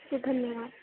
अस्तु धन्यवादः